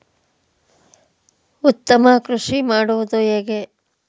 ಉತ್ತಮ ಕೃಷಿ ಮಾಡುವುದು ಹೇಗೆ?